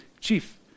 Chief